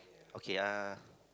okay uh